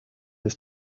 his